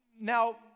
now